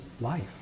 life